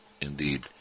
indeed